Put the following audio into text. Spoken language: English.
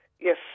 Yes